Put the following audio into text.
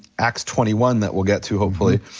acts twenty one that we'll get to hopefully.